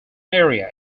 area